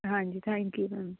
ਹਾਂਜੀ thank you ma'am